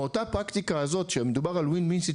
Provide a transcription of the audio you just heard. מאותה פרקטיקה הזאת שמדובר על win-win situation